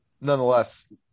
nonetheless